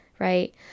right